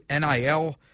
NIL